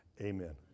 amen